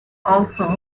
also